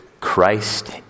Christ